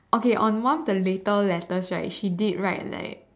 okay on one of the later letters right she did write like